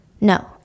No